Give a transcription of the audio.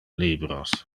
libros